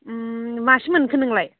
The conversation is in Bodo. मासिम मोनखो नोंलाय